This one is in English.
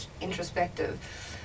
introspective